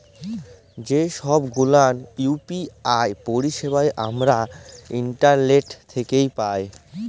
যে ছব গুলান ইউ.পি.আই পারিছেবা আমরা ইন্টারলেট থ্যাকে পায়